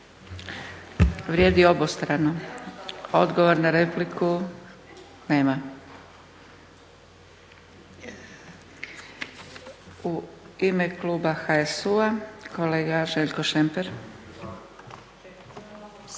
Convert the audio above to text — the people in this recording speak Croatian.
Vrijedi obostrano. Odgovor na repliku? Nema. U ime kluba HSU-a kolega Željko Šemper.